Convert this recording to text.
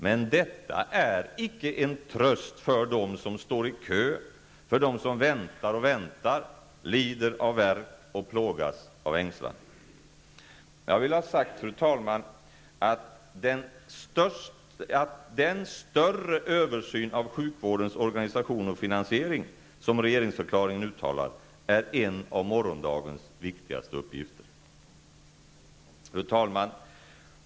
Men detta är icke en tröst för dem som står i kö, för dem som väntar och väntar, lider av värk och plågas av ängslan. Jag vill ha sagt, fru talman, att den ''större översyn av sjukvårdens organisation och finansiering'' som regeringsförklaringen uttalar är en av morgondagens viktigaste uppgifter. Fru talman!